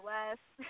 West